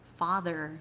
father